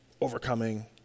overcoming